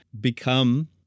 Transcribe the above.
become